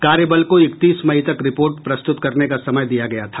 कार्यबल को इकतीस मई तक रिपोर्ट प्रस्तुत करने का समय दिया गया था